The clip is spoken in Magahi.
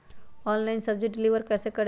ऑनलाइन सब्जी डिलीवर कैसे करें?